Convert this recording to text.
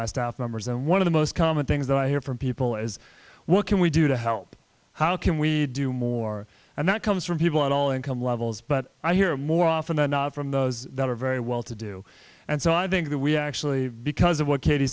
my staff members and one of the most common things that i hear from people is what can we do to help how can we do more and that comes from people at all income levels but i hear more often than not from those that are very well to do and so i think that we actually because of what katie